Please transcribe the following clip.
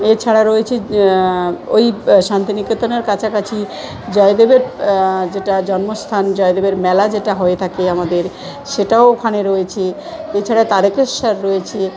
এছাড়া রয়েছে ওই শান্তিনিকেতনের কাছাকাছি জয়দেবের যেটা জন্মস্থান জয়দেবের মেলা যেটা হয়ে থাকে আমাদের সেটাও ওখানে রয়েছে এছাড়া তারকেশ্বর রয়েছে